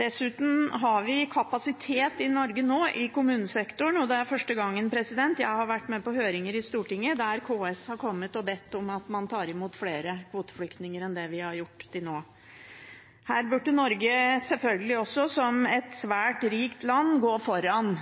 Dessuten har vi kapasitet i Norge nå i kommunesektoren – og det er første gang jeg har vært med på høringer i Stortinget der KS har kommet og bedt om at man tar imot flere kvoteflyktninger enn det vi har gjort til nå. Her burde Norge selvfølgelig også, som et svært rikt land, gå foran